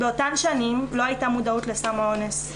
באותן שנים לא הייתה מודעות לסם האונס,